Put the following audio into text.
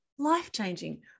life-changing